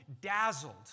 dazzled